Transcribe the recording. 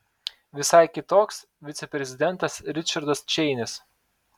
visai kitoks viceprezidentas ričardas čeinis